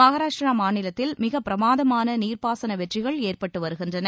மகாராஷ்டிரா மாநிலத்தில் மிக பிரமாதமான நீர்பாசன வெற்றிகள் ஏற்பட்டு வருகின்றன